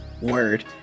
word